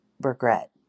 regret